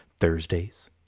Thursdays